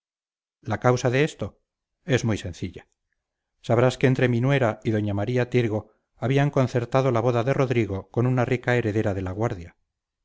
la causa de esto es muy sencilla sabrás que entre mi nuera y doña maría tirgo habían concertado la boda de rodrigo con una rica heredera de la guardia